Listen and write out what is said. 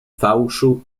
fałszu